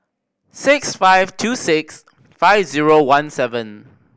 six five two six five zero one seven